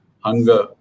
hunger